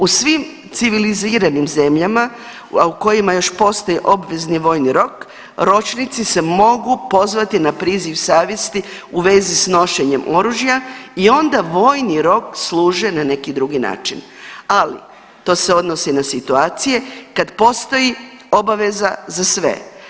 U svim civiliziranim zemljama, a u kojima još postoji obvezni vojni rok, ročnici se mogu pozvati na priziv savjesti u vezi s nošenjem oružja i onda vojni rok služe na neki drugi način, ali to se odnosi na situacije kad postoji obaveza za sve.